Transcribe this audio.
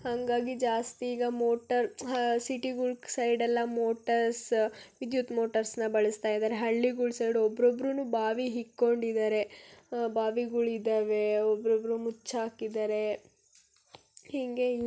ಹಾಗಾಗಿ ಜಾಸ್ತಿ ಈಗ ಮೋಟರ್ ಸಿಟಿಗಳ ಸೈಡ್ ಎಲ್ಲ ಮೋಟರ್ಸ್ ವಿದ್ಯುತ್ ಮೋಟರ್ಸನ್ನ ಬಳಸ್ತಾ ಇದ್ದಾರೆ ಹಳ್ಳಿಗಳ ಸೈಡ್ ಒಬ್ರೊಬ್ರೂ ಬಾವಿ ಇಕ್ಕೊಂಡಿದ್ದಾರೆ ಬಾವಿಗಳು ಇದ್ದಾವೆ ಒಬ್ರೊಬ್ಬರು ಮುಚ್ಚಾಕಿದ್ದಾರೆ ಹೀಗೆ